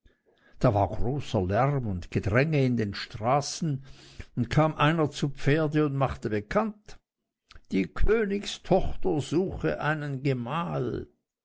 da war großer lärm und gedränge in den straßen und kam einer zu pferde und machte bekannt die königstochter suche einen gemahl